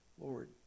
Lord